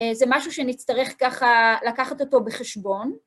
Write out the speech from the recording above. זה משהו שנצטרך ככה לקחת אותו בחשבון.